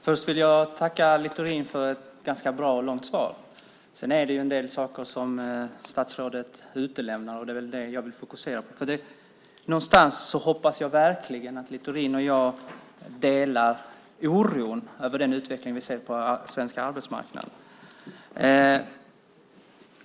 Herr talman! Först vill jag tacka Littorin för ett ganska bra och långt svar. Sedan är det en del saker som statsrådet utelämnar, och det är det jag vill fokusera på. Jag hoppas verkligen att Littorin och jag delar oron över den utveckling vi ser på den svenska arbetsmarknaden.